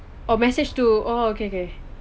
oh message to oh okay okay